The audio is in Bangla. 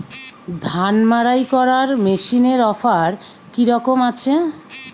ধান মাড়াই করার মেশিনের অফার কী রকম আছে?